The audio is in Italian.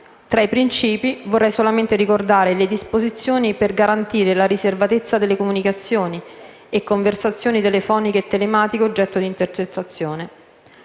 Tra i principi vorrei solamente ricordare le disposizioni per garantire la riservatezza delle comunicazioni e conversazioni telefoniche e telematiche oggetto di intercettazione;